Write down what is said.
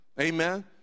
Amen